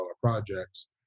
projects